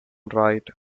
right